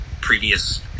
previous